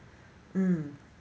mm